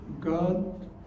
God